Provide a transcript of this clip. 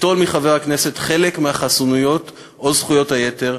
ליטול מחבר הכנסת חלק מהחסינויות או זכויות היתר,